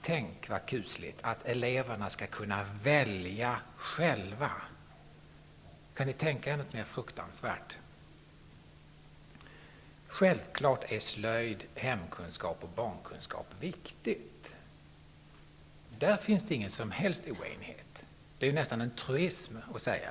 Tänk vad kusligt att eleverna själva skall kunna välja. Kan ni tänka er något mer fruktansvärt. Självfallet är det viktigt med slöjd, hemkunskap och barnkunskap. På den punkten finns det ingen som helst oenighet. Det är nästan en truism.